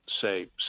say